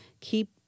keep